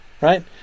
Right